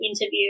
interview